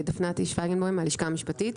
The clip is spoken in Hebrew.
דפנה טיש פינגבוים מהלשכה המשפטית.